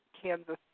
Kansas